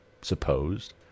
supposed